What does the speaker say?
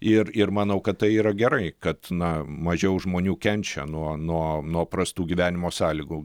ir ir manau kad tai yra gerai kad na mažiau žmonių kenčia nuo nuo nuo prastų gyvenimo sąlygų